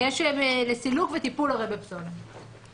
וטיפול בפסולת כאמור.